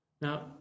Now